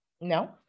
No